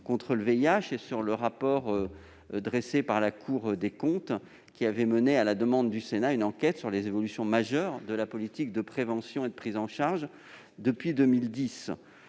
contre le VIH et sur le rapport dressé par la Cour des comptes, qui avait mené, à la demande du Sénat, une enquête sur les évolutions majeures de la politique de prévention et de prise en charge depuis 2010.